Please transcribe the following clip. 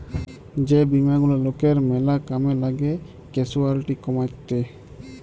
যে বীমা গুলা লকের ম্যালা কামে লাগ্যে ক্যাসুয়ালটি কমাত্যে